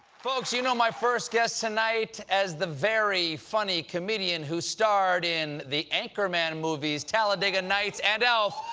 folks, you know my first guest tonight as the very funny comedian who starred in the anchorman movies, talladega nights, and elf.